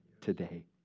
today